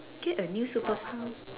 get a new superpower